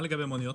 מה לגבי מוניות?